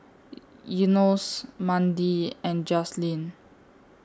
Enos Mandi and Jazlene